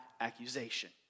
accusation